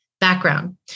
background